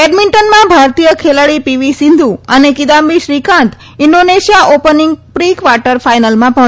બેડમિન્ટનમાં ભારતીય ખેલાડી પીવી સિંધુ અને Kidambi Srikanth Indonesia opening pre quarter ફાઈનલમાં પહોંચ્યા